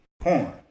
porn